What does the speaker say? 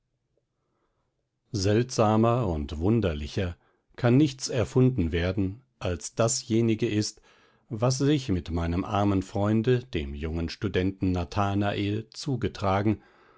seltsamer und wunderlicher kann nichts erfunden werden als dasjenige ist was sich mit meinem armen freunde dem jungen studenten nathanael zugetragen